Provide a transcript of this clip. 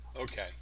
okay